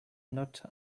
not